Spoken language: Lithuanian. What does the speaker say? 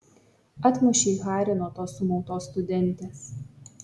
atmušei harį nuo tos sumautos studentės